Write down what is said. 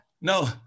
no